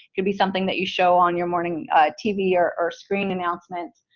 could be something that you show on your morning tv or or screen announcements.